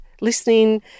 listening